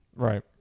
Right